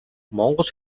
монгол